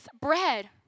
bread